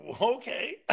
Okay